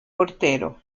portero